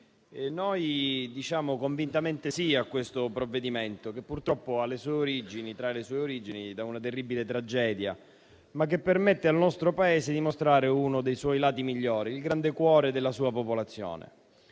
noi diciamo convintamente sì a questo provvedimento, che purtroppo trae le sue origini da una terribile tragedia, ma che permette al nostro Paese di mostrare uno dei suoi lati migliori: il grande cuore della sua popolazione.